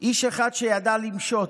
איש שידע למשות,